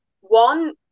one